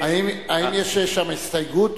האם יש שם הסתייגות?